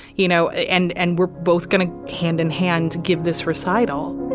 you know, and and we're both gonna hand in hand, give this recital